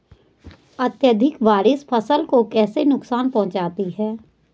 अत्यधिक बारिश फसल को कैसे नुकसान पहुंचाती है?